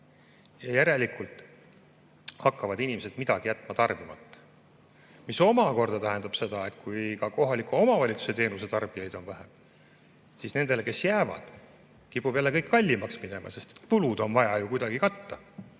Järelikult jätavad inimesed midagi tarbimata. Mis omakorda tähendab seda, et kui ka kohaliku omavalitsuse teenuse tarbijaid on vähe, siis nendele, kes jäävad, kipub kõik kallimaks minema, sest kulud on vaja kuidagi katta.